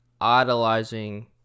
idolizing